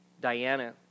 Diana